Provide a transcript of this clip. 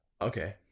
Okay